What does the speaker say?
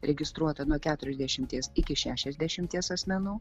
registruota nuo keturiasdešimties iki šešiasdešimties asmenų